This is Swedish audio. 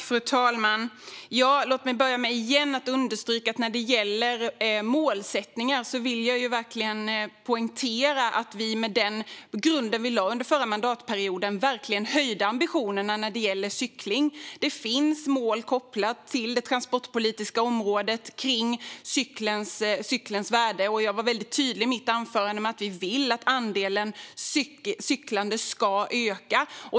Fru talman! När det gäller målsättningar vill jag åter poängtera att vi med den grund vi lade under förra mandatperioden verkligen höjde ambitionerna för cykling. Det finns mål gällande cykelns värde kopplade till det transportpolitiska området. Jag var i mitt anförande väldigt tydlig med att vi vill att andelen cyklande ska öka.